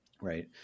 right